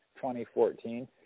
2014